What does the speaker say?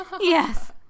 Yes